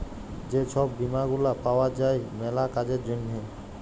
যে ছব বীমা গুলা পাউয়া যায় ম্যালা কাজের জ্যনহে